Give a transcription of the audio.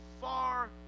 far